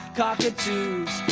cockatoos